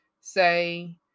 Say